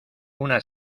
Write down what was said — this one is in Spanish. una